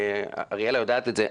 ואריאלה יודעת את זה,